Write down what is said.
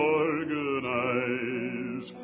organize